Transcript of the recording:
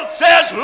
says